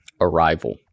Arrival